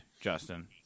Justin